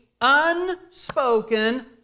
unspoken